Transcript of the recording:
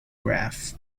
graph